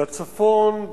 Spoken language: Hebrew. בצפון,